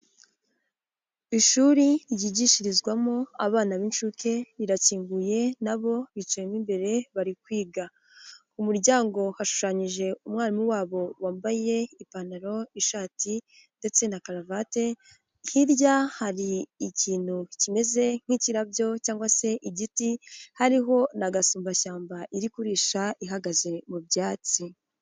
Ishuri ryigishirizwamo abana b'incuke rirakinguye nabo bicayemo imbere bari kwiga, ku muryango hashushanyije umwarimu wabo wambaye ipantaro, ishati ndetse na karuvati, hirya hari ikintu kimeze nk'ikirabyo cyangwag se igiti hariho na gasumbashyamba iri kurisha ihagaze mu byatsi.